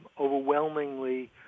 overwhelmingly